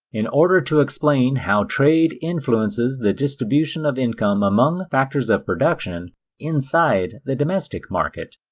in order to explain how trade influences the distribution of income among factors of production inside the domestic market.